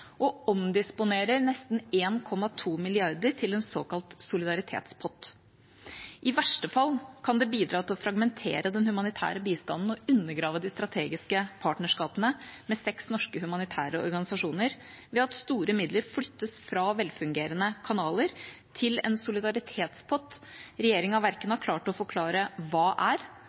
og omdisponerer nesten 1,2 mrd. kr til en såkalt solidaritetspott. I verste fall kan det bidra til å fragmentere den humanitære bistanden og undergrave de strategiske partnerskapene med seks norske humanitære organisasjoner, ved at store midler flyttes fra velfungerende kanaler til en solidaritetspott regjeringa verken har klart å forklare hva er,